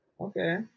okay